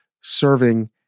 serving